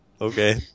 Okay